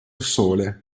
sole